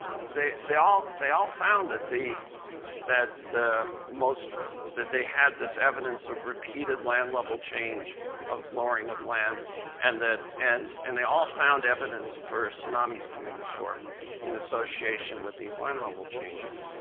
they they all they all found that the that the most that they had this evidence of repeated land level change of lowering of land and that and and they all found evidence for tsunamis coming ashore in association with these land level changes.